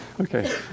Okay